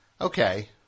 Okay